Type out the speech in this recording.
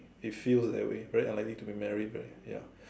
we feel that way very unlikely to be married right ya